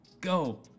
go